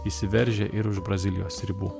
išsiveržia ir už brazilijos ribų